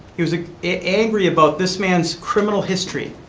he was angry about this man's criminal history.